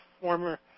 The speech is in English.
former